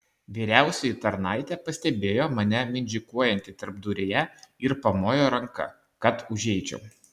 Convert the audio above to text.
vyriausioji tarnaitė pastebėjo mane mindžikuojantį tarpduryje ir pamojo ranka kad užeičiau